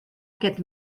aquest